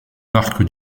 marque